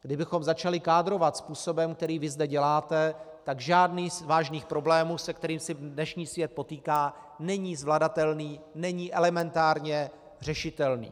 Kdybychom začali kádrovat způsobem, který vy zde děláte, tak žádný z vážných problémů, se kterými se dnešní svět potýká, není zvladatelný, není elementárně řešitelný.